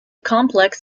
complex